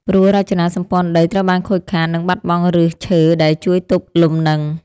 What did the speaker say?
ព្រោះរចនាសម្ព័ន្ធដីត្រូវបានខូចខាត និងបាត់បង់ឫសឈើដែលជួយទប់លំនឹង។